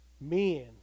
men